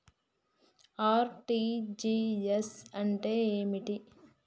RTGS అంటే ఏమిటి?